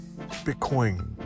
Bitcoin